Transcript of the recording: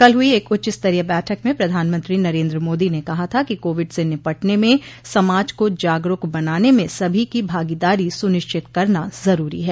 कल हुई एक उच्चस्तरीय बैठक में प्रधानमंत्री नरेन्द्र मोदी ने कहा था कि कोविड से निपटने में समाज को जागरूक बनाने में सभी की भागीदारी सुनिश्चित करना जरूरी है